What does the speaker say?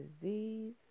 disease